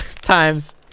times